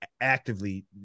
actively